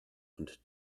und